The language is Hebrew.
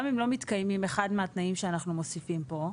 אם לא מתקיימים אחד מהתנאים שאנחנו מוסיפים פה,